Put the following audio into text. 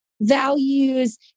values